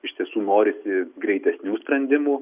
iš tiesų norisi greitesnių sprendimų